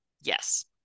Yes